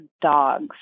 dogs